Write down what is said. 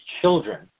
children